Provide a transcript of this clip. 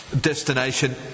destination